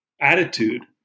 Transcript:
attitude